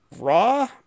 Raw